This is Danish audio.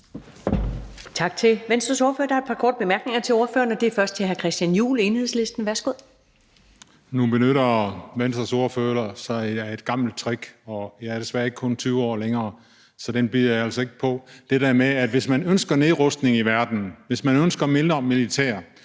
hvis man ønsker nedrustning i verden, hvis man ønsker mindre militær,